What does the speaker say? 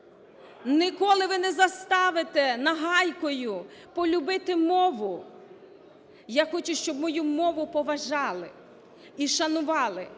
ніколи ви не заставите нагайкою полюбити мову. Я хочу, щоб мою мову поважали і шанували,